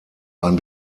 ein